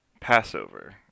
passover